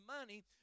money